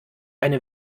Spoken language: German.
eine